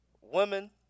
women